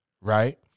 Right